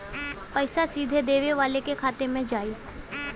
पइसा सीधे देवे वाले के खाते में जाई